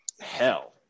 Hell